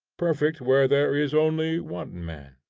perfect where there is only one man.